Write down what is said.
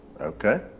Okay